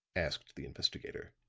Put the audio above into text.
asked the investigator.